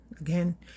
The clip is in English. again